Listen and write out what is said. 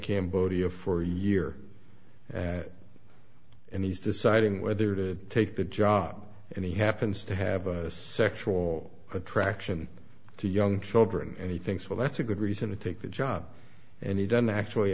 cambodia for year and he's deciding whether to take the job and he happens to have a sexual attraction to young children and he thinks well that's a good reason to take the job and he doesn't actually